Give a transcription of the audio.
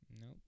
Nope